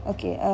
Okay